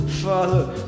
Father